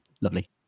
Lovely